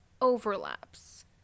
overlaps